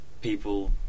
people